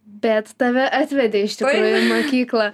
bet tave atvedė iš tikrųjų į mokyklą